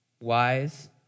wise